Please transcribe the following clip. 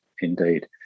indeed